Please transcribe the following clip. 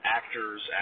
actors